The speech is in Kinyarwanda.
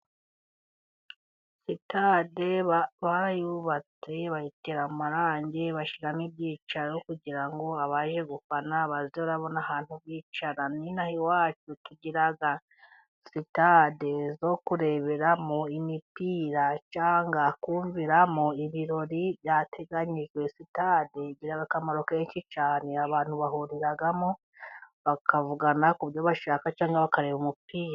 Sitade barayubatse, bayitera amarangi, bashyiramo ibyicaro, kugira ngo abaje gufana bazabone aho bicara nino aha iwacu tugira sitade zo kureberamo imipira cyangwa kumviramo ibirori byateganyijwe. Sitade igira akamaro kenshi cyane, abantu bahuriramo bakavugana ku byo bashaka cyangwa bakareba umupira.